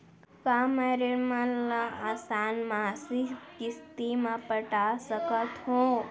का मैं ऋण मन ल आसान मासिक किस्ती म पटा सकत हो?